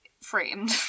framed